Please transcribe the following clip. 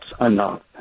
enough